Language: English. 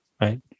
right